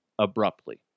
abruptly